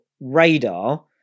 radar